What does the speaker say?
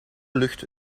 lucht